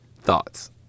Thoughts